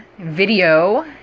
video